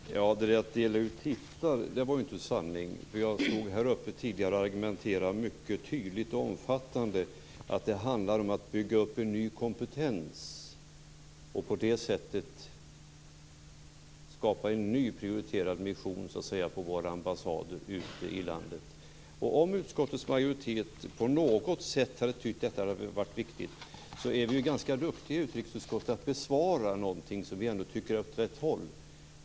Fru talman! Det där med att dela ut titlar var ju inte sanning. Jag stod här uppe tidigare och argumenterade mycket tydligt och omfattande. Det handlar om att bygga upp en ny kompetens och att på det sättet skapa en ny prioriterad mission på våra ambassader ute i landet. Om utskottets majoritet på något sätt hade tyckt att detta hade varit viktigt hade man besvarat detta. Vi är ju ganska duktiga i utrikesutskottet på att besvara sådant som vi ändå tycker är åt rätt håll.